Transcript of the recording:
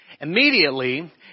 immediately